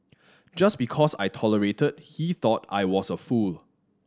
just because I tolerated he thought I was a fool